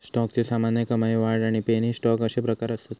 स्टॉकचे सामान्य, कमाई, वाढ आणि पेनी स्टॉक अशे प्रकार असत